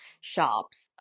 shops